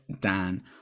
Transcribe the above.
Dan